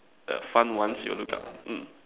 the fun ones you'll look up mm